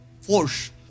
force